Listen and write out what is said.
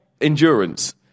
endurance